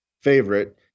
favorite